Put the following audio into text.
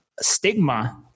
stigma